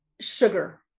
sugar